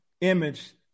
image